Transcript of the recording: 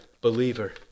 believer